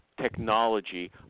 technology